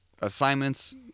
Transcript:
assignments